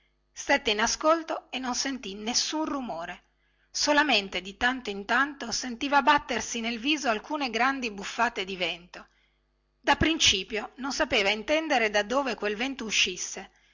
stette in ascolto e non senti nessun rumore solamente di tanto in tanto sentiva battersi nel viso alcune grandi buffate di vento da principio non sapeva intendere da dove quel vento uscisse